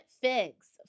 figs